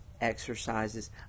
exercises